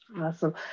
Awesome